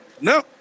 No